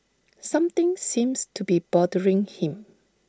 something seems to be bothering him